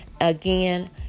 again